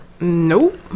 Nope